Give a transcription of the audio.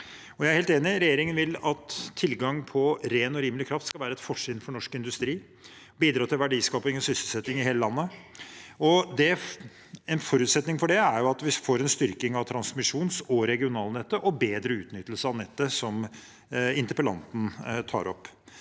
Jeg er helt enig: Regjeringen vil at tilgang på ren og rimelig kraft skal være et fortrinn for norsk industri og bidra til verdiskaping og sysselsetting i hele landet. En forutsetning for det er jo at vi får en styrking av transmisjons- og regionalnettet og bedre utnyttelse av nettet, som interpellanten tar opp.